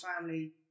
family